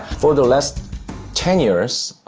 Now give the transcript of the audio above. for the last ten years,